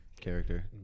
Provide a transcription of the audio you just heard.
character